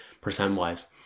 percent-wise